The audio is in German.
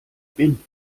bin